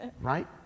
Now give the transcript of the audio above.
Right